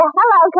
Hello